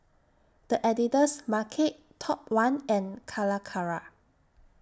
The Editor's Market Top one and Calacara